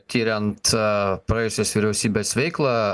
tiriant praėjusios vyriausybės veiklą